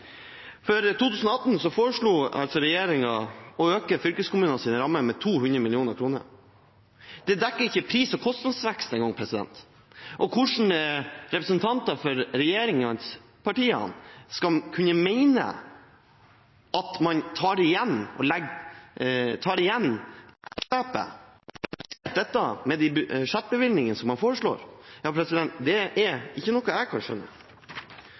For 2018 foreslo regjeringen å øke fylkeskommunenes ramme med 200 mill. kr. Det dekker ikke engang pris- og kostnadsveksten. Hvordan representanter for regjeringspartiene skal kunne mene at man tar igjen etterslepet og får redusert det med de budsjettbevilgningene som man foreslår, er ikke noe jeg kan skjønne.